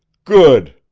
good!